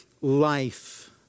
life